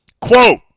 Quote